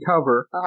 cover